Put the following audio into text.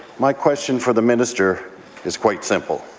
my question for the minister is quite simple